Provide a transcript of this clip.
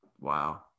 Wow